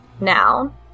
now